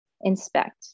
Inspect